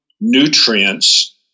nutrients